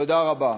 תודה רבה.